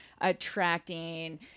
attracting